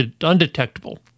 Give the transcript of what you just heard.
undetectable